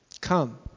Come